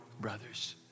brothers